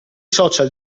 social